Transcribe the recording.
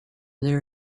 their